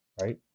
right